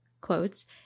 quotes